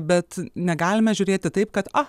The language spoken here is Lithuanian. bet negalime žiūrėti taip kad a